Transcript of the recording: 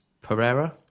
Pereira